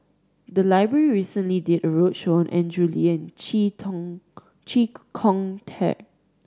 the library recently did a roadshow on Andrew Lee and Chee Tong Chee Kong Tet